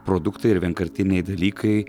produktai ir vienkartiniai dalykai